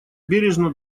бережно